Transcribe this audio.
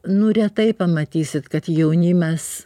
nu retai pamatysit kad jaunimas